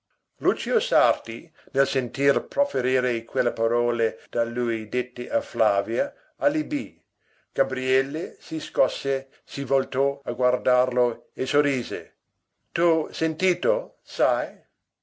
lucio sarti nel sentir proferire quelle parole da lui dette a flavia allibì gabriele si scosse si voltò a guardarlo e sorrise t'ho sentito sai